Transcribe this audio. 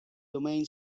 domain